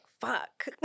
fuck